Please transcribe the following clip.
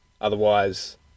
Otherwise